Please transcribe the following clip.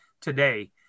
today